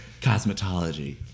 Cosmetology